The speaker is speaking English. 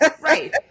Right